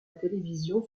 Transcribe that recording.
télévision